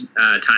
time